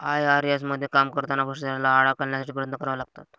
IRS मध्ये काम करताना भ्रष्टाचाराला आळा घालण्यासाठी प्रयत्न करावे लागतात